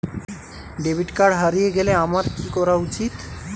Debit card হারিয়ে গেলে আমার কি করা উচিৎ?